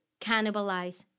cannibalize